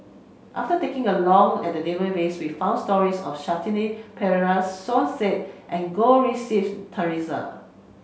after taking a long at the database we found stories of Shanti Pereira Som Said and Goh Rui Si Theresa